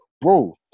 bro